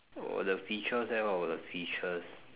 oh the features there what about the features